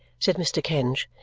said mr. kenge,